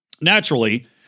Naturally